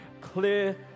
clear